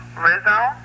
Rizzo